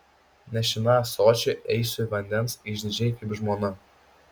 nešina ąsočiu eisiu vandens išdidžiai kaip žmona